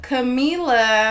Camila